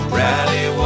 rally